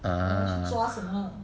ah